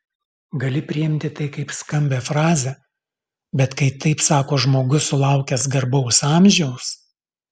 gali priimti tai kaip skambią frazę bet kai taip sako žmogus sulaukęs garbaus amžiaus